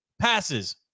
passes